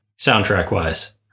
Soundtrack-wise